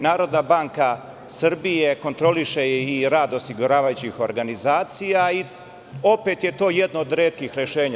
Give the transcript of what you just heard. Narodna banka Srbije kontroliše i rad osiguravajućih organizacija i opet je to jedno od retkih rešenja.